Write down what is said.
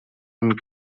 and